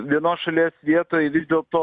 vienos šalies vietoj vis dėl to